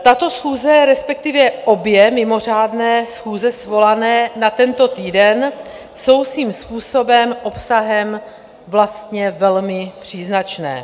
Tato schůze, respektive obě mimořádné schůze svolané na tento týden, jsou svým způsobem obsahem vlastně velmi příznačné.